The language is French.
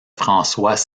françois